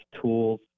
tools